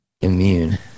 immune